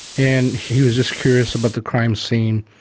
and he was just curious about the crime scene,